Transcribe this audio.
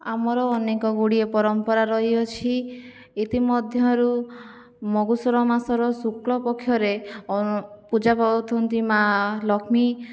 ଆମର ଅନେକଗୁଡ଼ିଏ ପରମ୍ପରା ରହିଅଛି ଏଥିମଧ୍ୟରୁ ମଗୁସୁର ମାସର ଶୁକ୍ଳ ପକ୍ଷରେ ପୂଜା ପାଉଛନ୍ତି ମା' ଲକ୍ଷ୍ମୀ